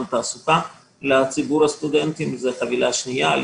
התעסוקה לציבור הסטודנטים זה חבילה שנייה.